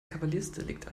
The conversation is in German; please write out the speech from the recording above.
kavaliersdelikt